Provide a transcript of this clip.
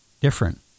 different